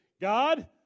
God